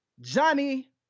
Johnny